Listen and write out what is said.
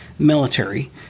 Military